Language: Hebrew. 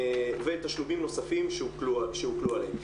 ותשלומים נוספים שהוטלו עליהם.